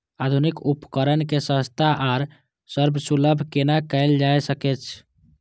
आधुनिक उपकण के सस्ता आर सर्वसुलभ केना कैयल जाए सकेछ?